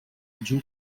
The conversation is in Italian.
giù